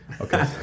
Okay